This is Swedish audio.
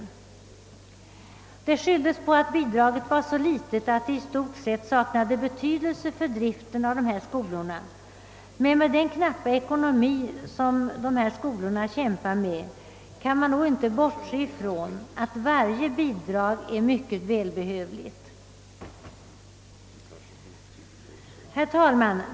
Att bidraget slopades skylldes på att detsamma var så litet att det i stort sett saknade betydelse för skolornas drift. Men med den ansträngda ekonomi som dessa skolor kämpar med kan man inte bortse från att varje bidrag är mycket välbehövligt. Herr talman!